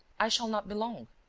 i shall not be long.